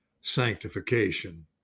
sanctification